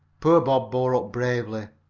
poor bob bore up bravely,